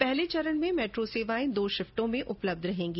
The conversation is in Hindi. पहले चरण में मेट्रो सेवाएं दो शिफ्टों में उपलब्ध रहेंगी